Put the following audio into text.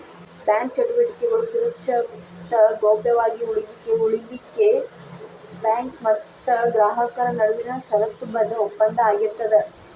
bank ಚಟುವಟಿಕೆಗಳು ಸುರಕ್ಷಿತ ಗೌಪ್ಯ ವಾಗಿ ಉಳಿಲಿಖೆಉಳಿಲಿಕ್ಕೆ ಬ್ಯಾಂಕ್ ಮತ್ತ ಗ್ರಾಹಕರ ನಡುವಿನ ಷರತ್ತುಬದ್ಧ ಒಪ್ಪಂದ ಆಗಿರ್ತದ